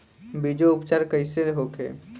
बीजो उपचार कईसे होखे?